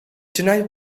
tonight